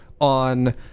on